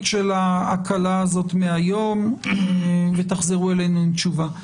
של ההקלה הזאת מהיום ותחזרו אלינו עם תשובה.